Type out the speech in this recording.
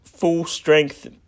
Full-strength